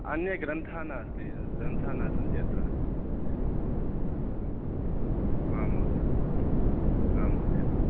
अन्ये ग्रन्थाः नास्ति ग्रन्थाः न सन्ति अत्र आं महोदय आं महोदय